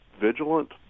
vigilant